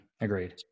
agreed